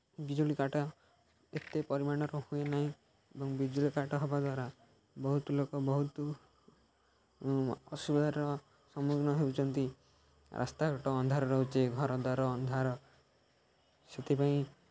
ବିଜୁଳି କାଟ ଏତେ ପରିମାଣର ହୁଏ ନାହିଁ ଏବଂ ବିଜୁଳି କାଟ ହେବା ଦ୍ୱାରା ବହୁତ ଲୋକ ବହୁତ ଅସୁବିଧାର ସମ୍ମୁଖୀନ ହେଉଛନ୍ତି ରାସ୍ତାଘାଟ ଅନ୍ଧାର ରହୁଛି ଘର ଦ୍ୱାର ଅନ୍ଧାର ସେଥିପାଇଁ